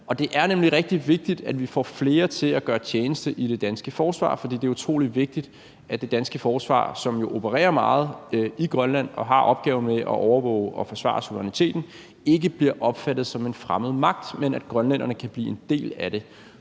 Og det er nemlig rigtig vigtigt, at vi får flere til at gøre tjeneste i det danske forsvar, for det er utrolig vigtigt, at det danske forsvar, som jo opererer meget i Grønland og har opgaver med at overvåge og forsvare suveræniteten, ikke bliver opfattet som en fremmed magt, men at grønlænderne kan blive en del af det.